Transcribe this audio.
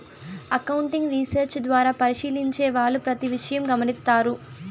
accounting research ద్వారా పరిశీలించే వాళ్ళు ప్రతి విషయం గమనిత్తారు